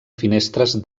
finestres